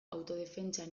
autodefentsa